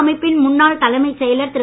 அமைப்பின் முன்னாள் தலைமைச் செயலர் திரு